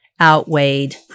outweighed